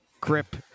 grip